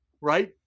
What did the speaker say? right